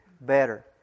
better